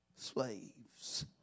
slaves